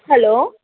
hello